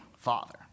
Father